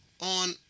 On